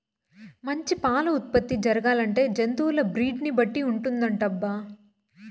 మంచి పాల ఉత్పత్తి జరగాలంటే జంతువుల బ్రీడ్ ని బట్టి ఉంటుందటబ్బా